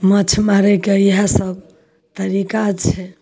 माँछ मारैके इहय सब तरीका छै